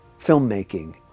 filmmaking